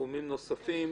סכומים נוספים